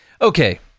Okay